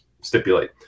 stipulate